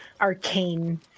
arcane